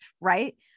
right